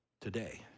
today